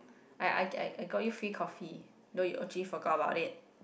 I I I get I got you free coffee though you actually forgot about it